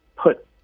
put